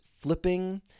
flipping